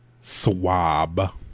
swab